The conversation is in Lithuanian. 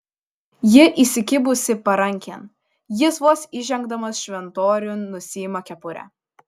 ji įsikibusi parankėn jis vos įžengdamas šventoriun nusiima kepurę